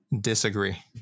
Disagree